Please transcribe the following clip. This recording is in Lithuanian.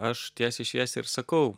aš tiesiai šviesiai ir sakau